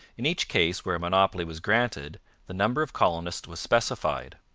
in each case where a monopoly was granted the number of colonists was specified.